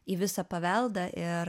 į visą paveldą ir